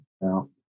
Now